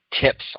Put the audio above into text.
tips